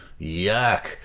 Yuck